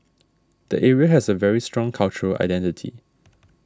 the area has a very strong cultural identity